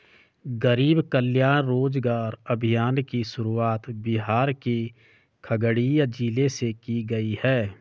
गरीब कल्याण रोजगार अभियान की शुरुआत बिहार के खगड़िया जिले से की गयी है